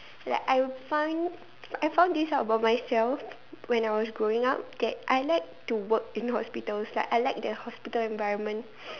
like I would find I found this out by myself when I was growing up that I like to work in hospitals like I like the hospital environment